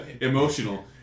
Emotional